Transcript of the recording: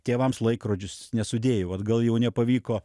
tėvams laikrodžius nesudėjau atgal jau nepavyko